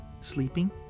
sleeping